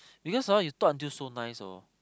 because hor you talk until so nice hor